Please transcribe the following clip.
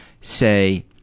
say